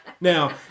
Now